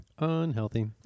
Unhealthy